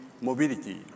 mobility